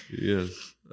Yes